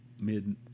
mid